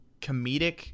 comedic